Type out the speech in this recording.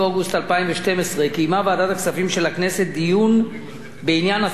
קיימה ועדת הכספים של הכנסת דיון בעניין הצו המעלה את שיעור המע"מ,